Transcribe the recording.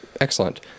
excellent